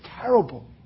terrible